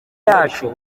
yacu